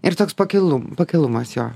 ir toks pakilus pakilumas jo